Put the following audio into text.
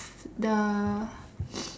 the